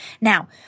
Now